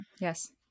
Yes